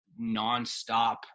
nonstop